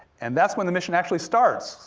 and that's when the mission actually starts.